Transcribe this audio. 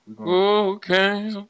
Okay